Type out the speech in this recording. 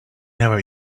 never